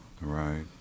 Right